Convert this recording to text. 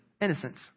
Innocence